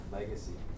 legacy